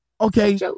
Okay